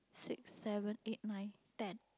six seven eight nine ten